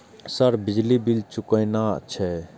Sir बिजली bill चूकेना छे?